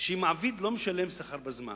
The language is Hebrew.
שאם מעביד לא משלם שכר בזמן,